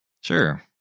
Sure